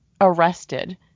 arrested